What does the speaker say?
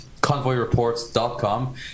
convoyreports.com